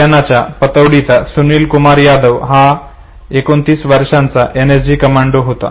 हरियाणाच्या पतौडीचा सुनील कुमार यादव हा 29 वर्षांचा एनएसजी कमांडो आहे